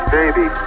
baby